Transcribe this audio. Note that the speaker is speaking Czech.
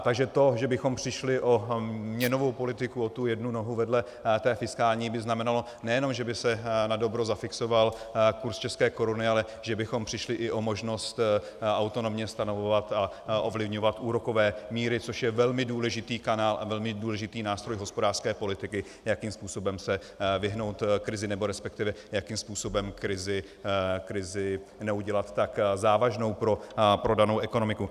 Takže to, že bychom přišli o měnovou politiku, o tu jednu nohu vedle té fiskální, by znamenalo, nejenom že by se nadobro zafixovat kurz české koruny, ale že bychom přišli i o možnost autonomně stanovovat a ovlivňovat úrokové míry, což je velmi důležitý kanál a velmi důležitý nástroj hospodářské politiky, jakým způsobem se vyhnout krizi, nebo respektive jakým způsobem krizi neudělat tak závažnou pro danou ekonomiku.